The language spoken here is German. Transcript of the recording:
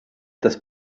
das